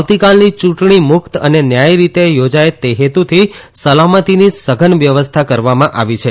આવતીકાલની ચૂંટણી મુક્ત અને ન્યાથી રીતે યોજાય તે હેતુથી સલામતીની સઘન વ્યવસ્થા કરવામાં આવી છે